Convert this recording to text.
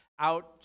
out